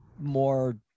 more